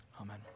Amen